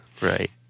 Right